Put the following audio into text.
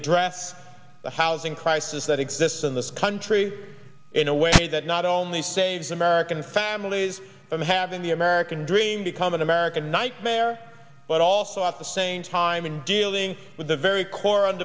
address the housing crisis that exists in this country in a way that not only saves american families from having the american dream become an american nightmare but also at the same time in dealing with the very cor